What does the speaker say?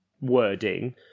wording